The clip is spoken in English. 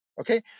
okay